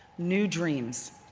new dreams.